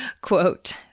quote